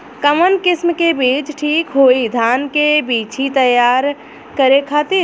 कवन किस्म के बीज ठीक होई धान के बिछी तैयार करे खातिर?